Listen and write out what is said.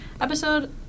episode